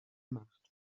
macht